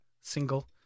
single